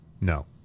No